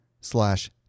slash